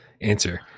answer